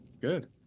good